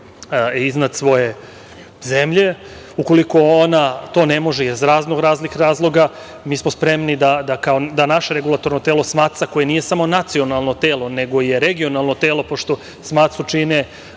iznad svoje zemlje. Ukoliko ona to ne može iz raznoraznih razloga, mi smo spremni da naša regulatorno telo SMATS-a koje nije samo nacionalno telo, nego je regionalno telo, pošto SMATS-u čine,